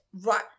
Right